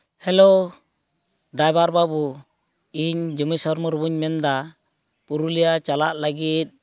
hello driver ᱵᱟᱹᱵᱩ ᱤᱧ ᱡᱚᱢᱤᱥᱥᱚᱨ ᱢᱩᱨᱢᱩᱧ ᱢᱮᱱ ᱮᱫᱟ ᱯᱩᱨᱩᱞᱤᱭᱟᱹ ᱪᱟᱞᱟᱜ ᱞᱟᱹᱜᱤᱫ